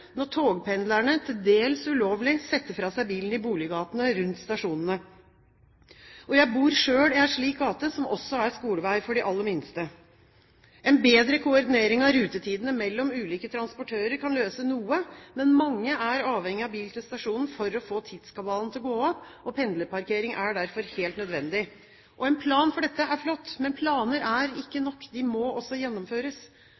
når togpendlerne, til dels ulovlig, setter fra seg bilen i boliggatene rundt stasjonene. Jeg bor selv i en slik gate som også er skolevei for de aller minste. En bedre koordinering av rutetidene mellom ulike transportører kan løse noe, men mange er avhengig av bil til stasjonen for å få tidskabalen til å gå opp, og pendlerparkering er derfor helt nødvendig. En plan for dette er flott, men planer er ikke